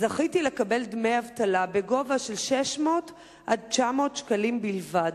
זכיתי לקבל דמי אבטלה בגובה של 600 900 שקלים בלבד.